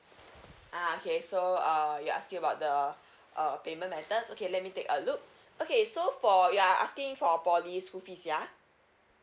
ah okay so err you're asking about the uh payment methods okay let me take a look okay so for you're asking for P_O_L_Y school fees ya